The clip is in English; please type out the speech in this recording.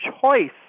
choice